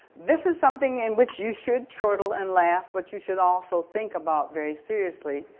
this is something in which you should chortle and laugh but you should also think about very seriously.